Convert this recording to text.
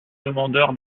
demandeur